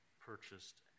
purchased